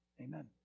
Amen